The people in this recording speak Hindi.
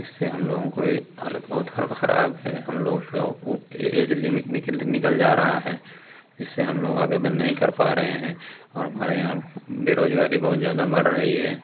इससे हम लोगों को यह हालत बहुत ख़राब है हम लोग का एज लिमिट निकल निकल जा रही है जिससे हम लोग आवेदन नहीं कर पा रहे हैं और हमारे यहाँ बेरोज़गारी बहुत ज़्यादा बढ़ रही है